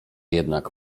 jednak